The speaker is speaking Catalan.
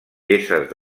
peces